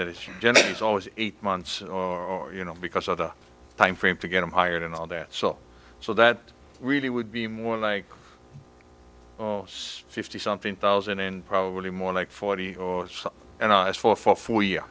that it's generally it's always eight months you know because of the time frame to get them hired and all that so so that really would be more like yes fifty something thousand and probably more like forty or so and i fought for you